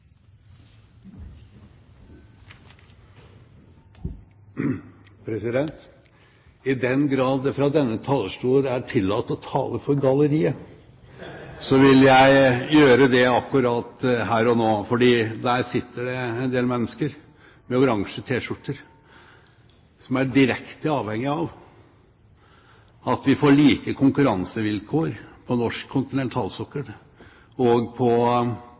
tillatt å tale for galleriet, vil jeg gjøre det akkurat her og nå, for der sitter det en del mennesker med oransje t-skjorter som er direkte avhengig av at vi får like konkurransevilkår på norsk kontinentalsokkel og